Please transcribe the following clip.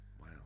Wow